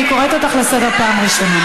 אני קוראת אותך לסדר פעם ראשונה.